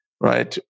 right